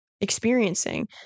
experiencing